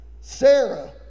Sarah